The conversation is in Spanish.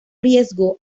riesgo